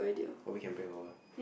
or we can bring our own